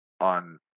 on